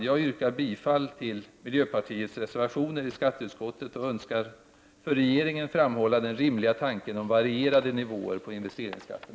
Jag yrkar bifall till miljöpartiets reservationer i skatteutskottets betänkande och önskar för regeringen framhålla den rimliga tanken om varierade nivåer på investeringsskatten.